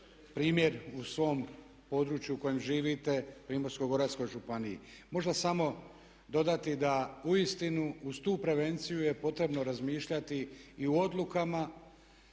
primjer u svom području u kojem živite Primorsko-goranskoj županiji. Možda samo dodati da uistinu uz tu prevenciju je potrebno razmišljati i u odlukama